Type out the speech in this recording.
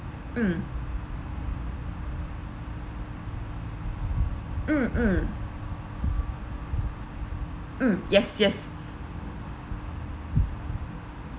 mm mm mm mm yes yes